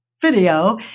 video